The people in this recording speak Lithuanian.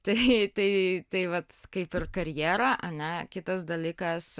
tai tai tai vat kaip ir karjera ane kitas dalykas